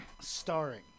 Starring